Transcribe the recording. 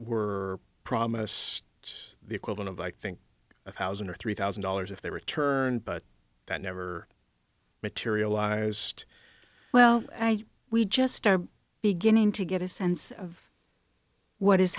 were promised the equivalent of i think a thousand or three thousand dollars if they returned but that never materialized well i we just are beginning to get a sense of what is